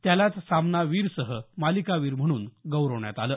त्यालाच सामनावीरसह मालिकावीर म्हणून गौरवण्यात आलं